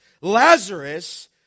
Lazarus